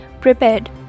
prepared